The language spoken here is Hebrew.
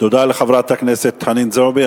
תודה לחברת הכנסת חנין זועבי.